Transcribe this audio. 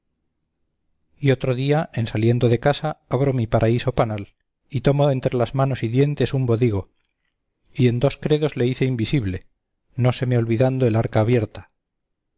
y otro día en saliendo de casa abro mi paraíso panal y tomo entre las manos y dientes un bodigo y en dos credos le hice invisible no se me olvidando el arca abierta